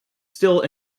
still